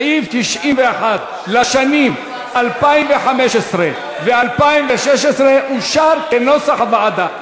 סעיף 91 לשנים 2015 ו-2016 אושר כנוסח הוועדה.